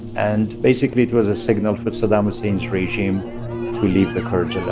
and basically, it was a signal for saddam hussein's regime to leave the kurds yeah